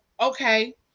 okay